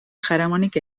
jaramonik